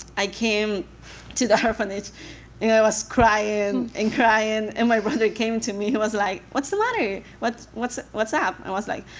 i came to the orphanage and i was crying and crying, and my brother came to me. he was like, what's the matter? what's what's up? i was like,